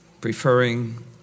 preferring